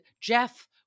Jeff